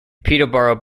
peterborough